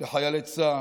לחיילי צה"ל,